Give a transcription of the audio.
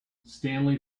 stanley